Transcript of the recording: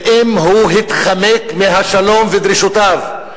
ואם הוא התחמק מהשלום ודרישותיו,